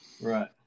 right